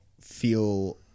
feel